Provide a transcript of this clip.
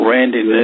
Randy